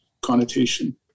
connotation